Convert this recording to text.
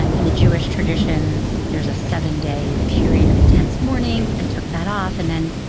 ah in the jewish tradition, there's a seven-day period of intense mourning. i took that off. and then,